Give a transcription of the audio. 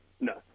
No